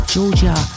Georgia